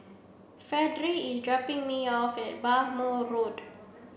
Fredie is dropping me off at Bhamo Road